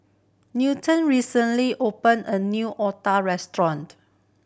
Newton recently opened a new otah restaurant